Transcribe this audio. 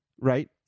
Right